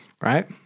right